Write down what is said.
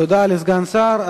תודה לסגן השר.